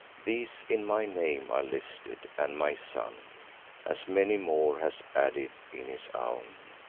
these in my name are listed and my son as many more has added in his own.